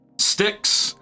Sticks